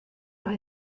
los